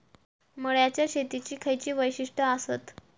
मळ्याच्या शेतीची खयची वैशिष्ठ आसत?